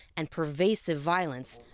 and pervasive violence,